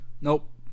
Nope